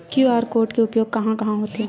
QR code के उपयोग कहां कहां होथे?